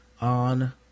on